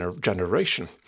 generation